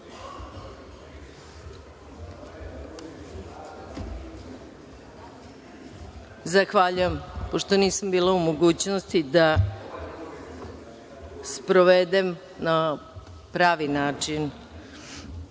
glasanje. Pošto nisam bila u mogućnosti da sprovedem na pravi način